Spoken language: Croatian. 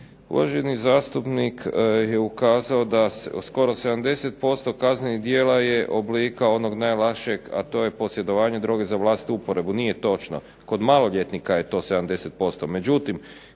uvaženi zastupnik je ukazao da skoro 70% kaznenih djela je oblika onog najlakšeg, a to je posjedovanje droge za vlastitu uporabu. Nije točno. Kod maloljetnika je to 70%.